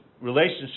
relationship